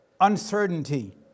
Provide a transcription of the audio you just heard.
uncertainty